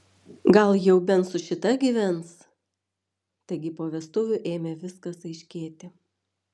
gal jau bent su šita gyvens taigi po vestuvių ėmė viskas aiškėti